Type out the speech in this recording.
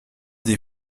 des